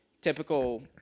typical